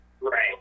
Right